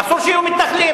אסור שיהיו מתנחלים.